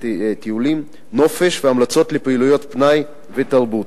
טיולים ונופש והמלצות לפעילויות פנאי ותרבות,